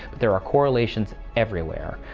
there are correlations everywhere.